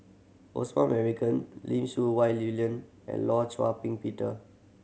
Osman Merican Lim Siew Wai William and Law Char Ping Peter